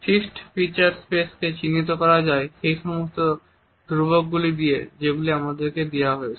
fixed feature space কে চিহ্নিত করা যায় সেই সমস্ত ধ্রুবক গুলি দিয়ে যেগুলি আমাদেরকে দেওয়া আছে